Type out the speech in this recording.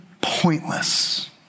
pointless